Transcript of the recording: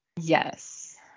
Yes